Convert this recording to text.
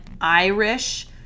Irish